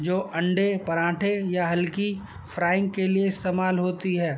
جو انڈے پراٹھے یا ہلکی فرائنگ کے لیے استعمال ہوتی ہے